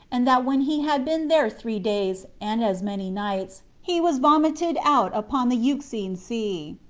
and that when he had been there three days, and as many nights, he was vomited out upon the euxine sea,